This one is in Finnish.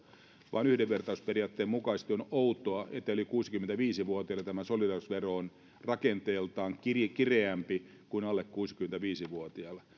vaan yhdenvertaisuusperiaatteen mukaisesti on outoa että yli kuusikymmentäviisi vuotiaille tämä solidaarisuusvero on rakenteeltaan kireämpi kireämpi kuin alle kuusikymmentäviisi vuotiaille